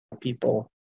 people